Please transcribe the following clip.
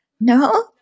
No